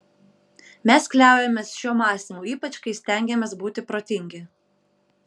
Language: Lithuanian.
mes kliaujamės šiuo mąstymu ypač kai stengiamės būti protingi